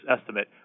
estimate